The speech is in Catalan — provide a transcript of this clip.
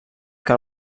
que